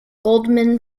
goldman